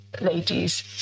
ladies